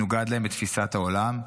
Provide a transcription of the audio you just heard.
מנוגד להם בתפיסת העולם,